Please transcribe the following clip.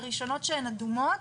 הראשונות שהן אדומות,